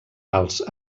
alts